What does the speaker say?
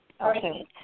Okay